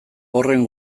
horren